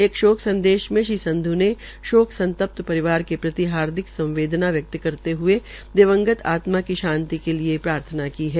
एक शोक संदेश में श्री संधू ने संतप्त परिवार के प्रति हार्दिक संवेदना व्यक्त करते हए दिवंगत आत्मा की शांति के लिए प्रार्थना की है